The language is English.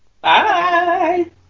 Bye